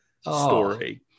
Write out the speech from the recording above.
story